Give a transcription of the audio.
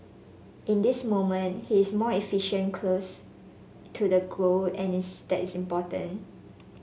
in this moment he is more efficient close to the goal and this is important